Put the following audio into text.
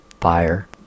Fire